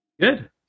Good